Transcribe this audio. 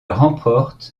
remporte